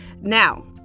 Now